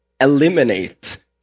eliminate